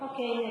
אוקיי,